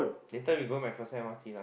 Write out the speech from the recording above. later we go MacPherson M_R_T lah